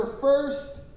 first